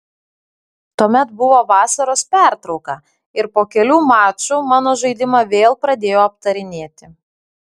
tuomet buvo vasaros pertrauka ir po kelių mačų mano žaidimą vėl pradėjo aptarinėti